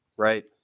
Right